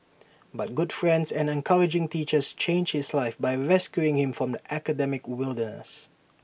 but good friends and encouraging teachers changed his life by rescuing him from the academic wilderness